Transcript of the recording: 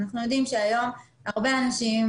אנחנו יודעים שהיום הרבה אנשים,